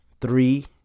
three